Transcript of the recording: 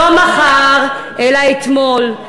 לא מחר אלא אתמול.